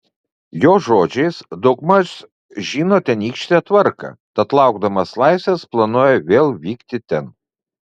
jo žodžiais daugmaž žino tenykštę tvarką tad laukdamas laisvės planuoja vėl vykti ten